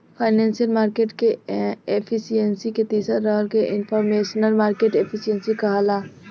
financial market के efficiency के तीसर तरह के इनफॉरमेशनल मार्केट एफिशिएंसी कहाला